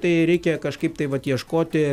tai reikia kažkaip tai vat ieškoti